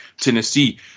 Tennessee